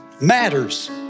matters